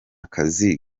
kazi